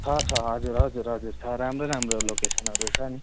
छ छ हजुर हजुर हजुर छ राम्रो राम्रो लोकेसनहरू छ नि